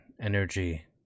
energy